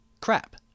crap